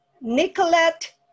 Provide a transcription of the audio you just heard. Nicolette